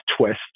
twist